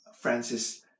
Francis